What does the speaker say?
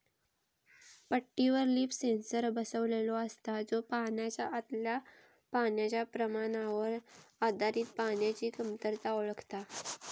पट्टीवर leaf sensor बसवलेलो असता, जो पानाच्या आतल्या पाण्याच्या प्रमाणावर आधारित पाण्याची कमतरता ओळखता